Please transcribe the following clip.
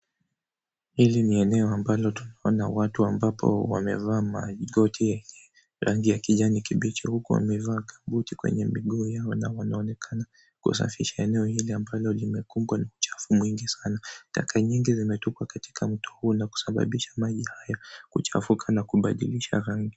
Hili ni eneo ambalo tunaona watu ambapo wamevaa makoti ya rangi ya kijani kibichi huku wamevaa mabuti kwenye migu yao na wanaonekana kusafisha eneo hili ambalo limekubwa na uchafu mwingi sana. Taka nyingi zimetupwa katika mto huu na kusababisha maji haya kuchafuka na kubadilisha rangi.